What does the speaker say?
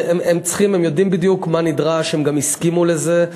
הם יודעים בדיוק מה נדרש, הם גם הסכימו לזה.